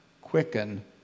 quicken